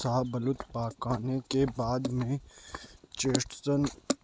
शाहबलूत पकाने के बाद भी चेस्टनट